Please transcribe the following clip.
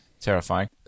terrifying